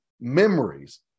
memories